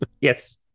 Yes